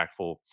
impactful